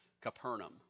Capernaum